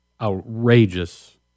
outrageous